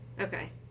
Okay